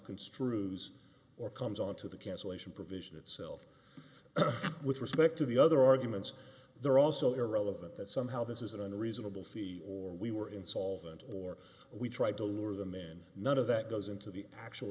construes or comes on to the cancellation provision itself with respect to the other arguments they're also irrelevant that somehow this isn't a reasonable fee or we were insolvent or we tried to lure them in none of that goes into the actual